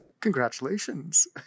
Congratulations